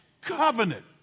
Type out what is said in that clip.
covenant